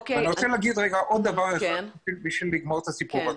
אין דרך אחת לפתור פרויקט,